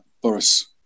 Boris